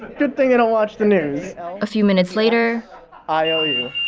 good thing they don't watch the news a few minutes later i owe you